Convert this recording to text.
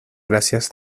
gracias